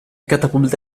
catapulte